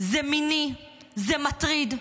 זה מיני, זה מטריד,